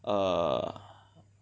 err